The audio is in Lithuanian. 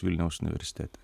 vilniaus universitete